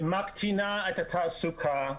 מקטינה את התעסוקה,